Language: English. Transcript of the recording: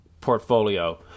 portfolio